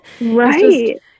Right